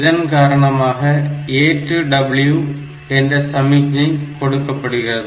இதன் காரணமாக ஏற்று W என்ற சமிக்ஞை கொடுக்க படுகிறது